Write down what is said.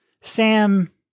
Sam